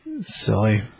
Silly